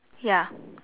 ya